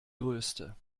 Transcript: größte